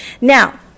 Now